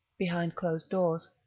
behind closed doors.